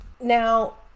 now